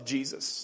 Jesus